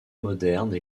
moderne